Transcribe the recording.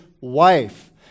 wife